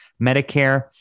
Medicare